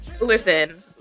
listen